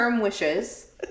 wishes